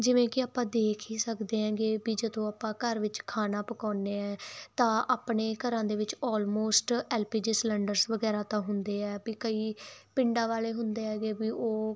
ਜਿਵੇਂ ਕਿ ਆਪਾਂ ਦੇਖ ਹੀ ਸਕਦੇ ਹੈਗੇ ਵੀ ਜਦੋਂ ਆਪਾਂ ਘਰ ਵਿੱਚ ਖਾਣਾ ਪਕਾਉਂਦੇ ਹਾਂ ਤਾਂ ਆਪਣੇ ਘਰਾਂ ਦੇ ਵਿੱਚ almost L P G cylinders ਵਗੈਰਾ ਤਾਂ ਹੁੰਦੇ ਆ ਵੀ ਕਈ ਪਿੰਡਾਂ ਵਾਲੇ ਹੁੰਦੇ ਹੈਗੇ ਵੀ ਉਹ